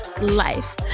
Life